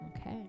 Okay